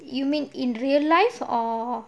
you mean in real life or